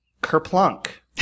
Kerplunk